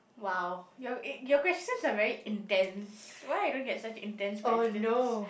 !wow! your uh your questions are very intense why I don't get such intense questions